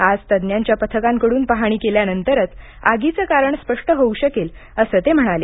आज तज्ञांच्या पथकांकडून पाहणी केल्यानंतरच आगीचं कारण स्पष्ट होऊ शकेल असं ते म्हणाले